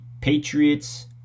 Patriots